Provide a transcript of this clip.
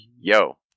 yo